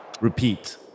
repeat